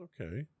Okay